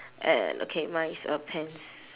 and okay mine is a pants